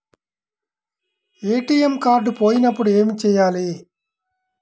ATM card పోయినప్పుడు ఏమి చేయాలి?